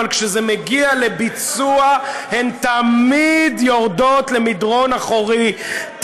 כשזה מגיע לביצוע הן תמיד יורדות למדרון אחורי.